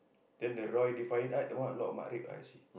then the Roy defiant art that one a lot of matrep ah I see